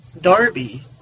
Darby